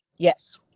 Yes